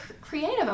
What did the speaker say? creative